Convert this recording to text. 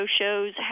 shows